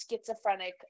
schizophrenic